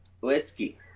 whiskey